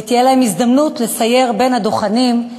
ותהיה להם הזדמנות לסייר בין הדוכנים,